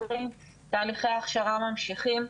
תהליכי ההכשרה ממשיכים,